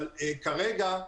אבל כרגע,